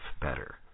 better